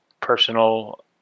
personal